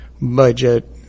budget